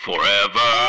Forever